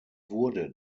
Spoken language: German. wurde